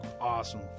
awesome